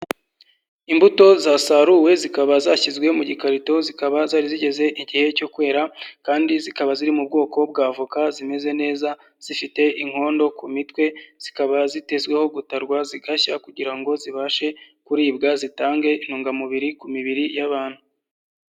Imbuto zasaruwe zikaba zashyizwe mu gikarito zikaba zari zigeze igihe cyo kwera kandi zikaba ziri mu bwoko bw'avoka zimeze neza zifite inkondo ku mitwe zikaba zitezweho gutarwa zigashya kugira ngo zibashe kuribwa zitange intungamubiri ku mibiri y'abantu.